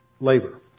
labor